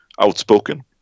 outspoken